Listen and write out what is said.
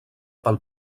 pel